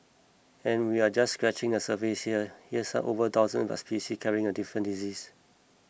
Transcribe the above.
and we're just scratching the surface here there are over a thousand bat species each carrying different diseases